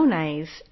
nice